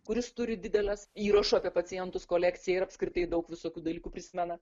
kuris turi dideles įrašų apie pacientus kolekciją ir apskritai daug visokių dalykų prisimena